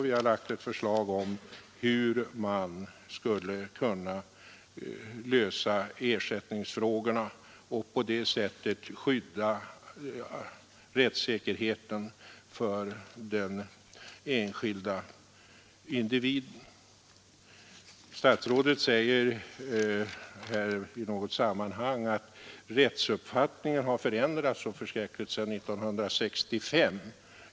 Vårt förslag anger hur man skulle kunna lösa ersättningsfrågorna och på det sättet skydda rättssäkerheten för den enskilde individen. Statsrådet säger i något sammanhang att rättsuppfattningen har förändrats så förskräckligt sedan 1965.